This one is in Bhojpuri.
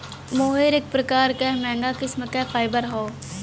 मोहेर एक प्रकार क महंगा किस्म क फाइबर हौ